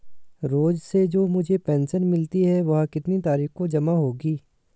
रोज़ से जो मुझे पेंशन मिलती है वह कितनी तारीख को जमा होगी?